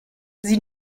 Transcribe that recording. sie